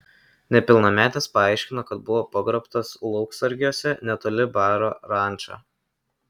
nepilnametės paaiškino kad buvo pagrobtos lauksargiuose netoli baro ranča